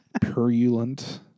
purulent